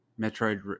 Metroid